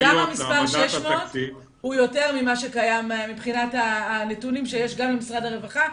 גם המספר 600 הוא יותר ממה שקיים מבחינת הנתונים שיש גם במשרד הרווחה,